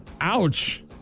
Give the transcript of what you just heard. Ouch